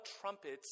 trumpets